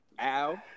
Al